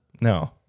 No